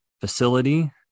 facility